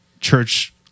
church